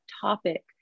topic